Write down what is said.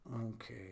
Okay